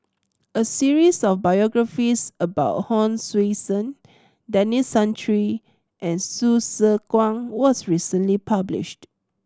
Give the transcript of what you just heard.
a series of biographies about Hon Sui Sen Denis Santry and Hsu Tse Kwang was recently published